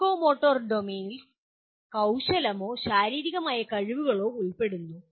psychomotor ഡൊമെയ്നിൽ കൌശലമോ ശാരീരികമായ കഴിവുകളോ ഉൾപ്പെടുന്നു